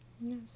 Yes